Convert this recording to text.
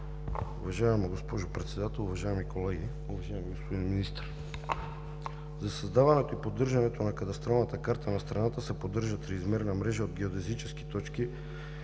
Уважаема госпожо Председател, уважаеми колеги, уважаеми господин Министър! За създаването и поддържането на кадастралната карта на страната се поддържа триизмерна мрежа от геодезически точки